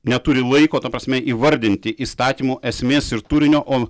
neturi laiko ta prasme įvardinti įstatymų esmės ir turinio o